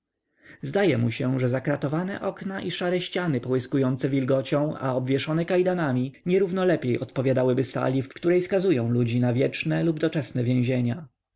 zdaje mu się że zakratowane okna i szare ściany połyskujące wilgocią a obwieszone kajdanami nierównie lepiej odpowiadałyby sali w której skazują ludzi na wieczne lub doczesne więzienia